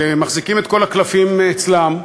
שמחזיקים את כל הקלפים אצלם,